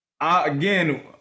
Again